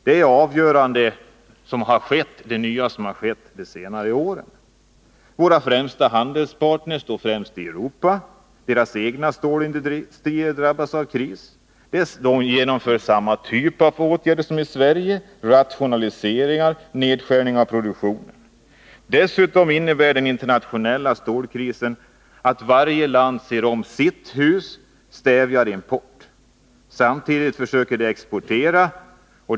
Det är det nya som kommit till under de senare åren. För våra främsta handelspartner, främst i Europa, drabbas den egna stålproduktionen av krisen. De genomför samma typ av åtgärder som i Sverige: rationaliseringar och nedskärning av produktionen. Den internationella stålkrisen innebär dessutom att varje land ser om sitt hus och stävjar importen. Samtidigt försöker man exportera mer.